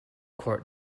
court